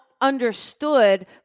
understood